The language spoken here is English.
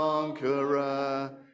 conqueror